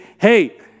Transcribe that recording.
hey